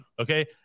Okay